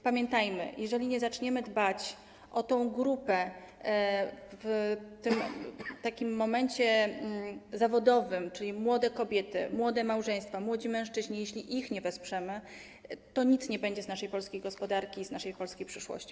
Pamiętajmy, że jeżeli nie zaczniemy dbać o tę grupę w tym momencie zawodowym, czyli o młode kobiety, młode małżeństwa, młodych mężczyzn, jeśli ich nie wesprzemy, to nic nie będzie z naszej polskiej gospodarki i z naszej polskiej przyszłości.